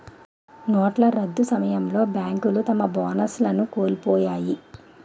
నోట్ల రద్దు సమయంలో బేంకులు తన బోనస్లను కోలుపొయ్యాయి